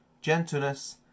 gentleness